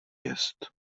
jest